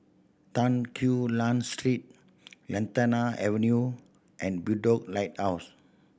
Tan Quee Lan Street Lantana Avenue and Bedok Lighthouse